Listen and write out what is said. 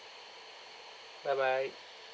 bye bye